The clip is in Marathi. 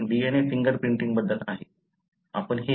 ते DNA फिंगर प्रिंटिंग बद्दल आहे